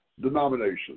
denominations